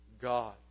God